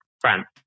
France